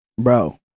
bro